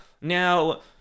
Now